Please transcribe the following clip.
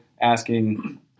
asking